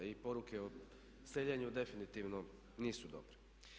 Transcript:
I poruke o seljenju definitivno nisu dobre.